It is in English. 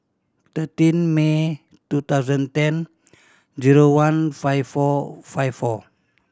thirteen May two thousand ten zero one five four five four